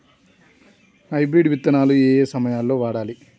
Hybrid విత్తనాలు ఏయే సమయాల్లో వాడాలి?